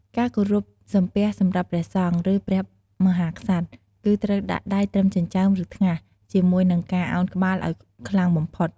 ការគោរពសំពះសម្រាប់ព្រះសង្ឃ ឬព្រះមហាក្សត្រ គឺត្រូវដាក់ ដៃត្រឹមចិញ្ចើម ឬថ្ងាស ជាមួយនឹងការឱនក្បាលឱ្យខ្លាំងបំផុត។